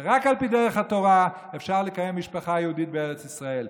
ורק על פי דרך התורה אפשר לקיים משפחה יהודית בארץ ישראל.